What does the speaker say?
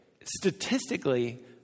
Statistically